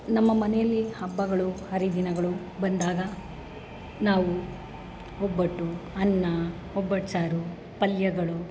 ನಮ್ಮ ಮನೆಯಲ್ಲಿ ಹಬ್ಬಗಳು ಹರಿದಿನಗಳು ಬಂದಾಗ ನಾವು ಒಬ್ಬಟ್ಟು ಅನ್ನ ಒಬ್ಬಟ್ಸಾರು ಪಲ್ಯಗಳು